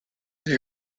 they